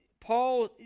Paul